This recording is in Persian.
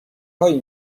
هایی